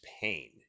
pain